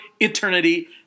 eternity